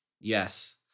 Yes